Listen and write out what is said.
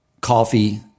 coffee